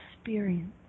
experience